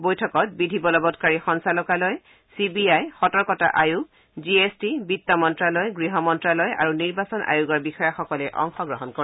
বৈঠকত বিধিবলবৎকাৰী সঞ্চালকালয় চি বি আই সতৰ্কতা আয়োগ জি এছ টি বিত্তমন্ত্যালয় গৃহমন্ত্যালয় আৰু নিৰ্বাচন আয়োগৰ বিষয়াসকলে অংশগ্ৰহণ কৰে